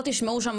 ולא תשמעו שם,